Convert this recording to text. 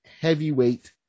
heavyweight